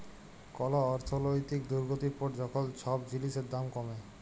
call অর্থলৈতিক দুর্গতির পর যখল ছব জিলিসের দাম কমে